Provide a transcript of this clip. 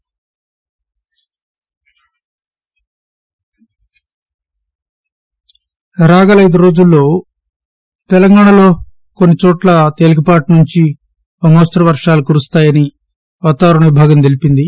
పెదర్ రాగల ఐదు రోజుల్లో తెలంగాణలో కొన్సి చోట్ల తేలికపాటి నుంచి ఓ మోస్తరు వర్షాలు కురుస్తాయని వాతావరణ విభాగం తెలిపింది